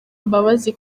mbabazi